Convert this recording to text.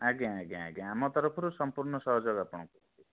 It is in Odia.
ଆଜ୍ଞା ଆଜ୍ଞା ଆଜ୍ଞା ଆମ ତରଫରୁ ସମ୍ପୂର୍ଣ୍ଣ ସହଯୋଗ ଆପଣଙ୍କୁ